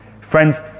Friends